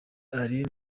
ari